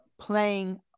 playing